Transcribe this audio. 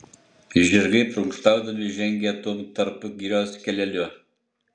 žirgai prunkštaudami žengė tuom tarpu girios keleliu